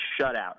shutout